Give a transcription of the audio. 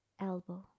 elbow